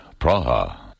Praha